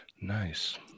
Nice